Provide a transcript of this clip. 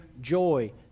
joy